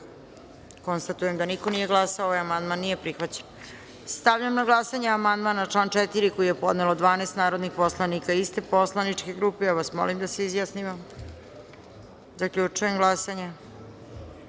konstatujem da niko nije glasao. Amandman nije prihvaćen. Stavljam na glasanje amandman na član 2. koji je podnelo 12 narodnih poslanika iste poslaničke grupe. Molim vas da se izjasnimo. Zaključujem glasanje